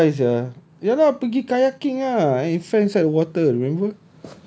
I just buy sia iya lah pergi kayaking ah it fell inside the water remember